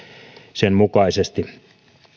sen mukaisesti